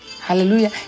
Hallelujah